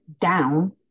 down